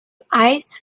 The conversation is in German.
eis